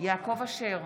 יעקב אשר,